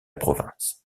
province